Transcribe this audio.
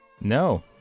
No